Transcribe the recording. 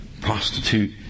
prostitute